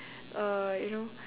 uh you know